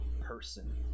person